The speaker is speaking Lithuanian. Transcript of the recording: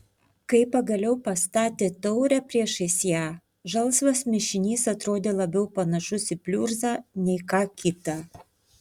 kai pagaliau pastatė taurę priešais ją žalsvas mišinys atrodė labiau panašus į pliurzą nei ką kitą